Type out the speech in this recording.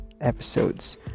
episodes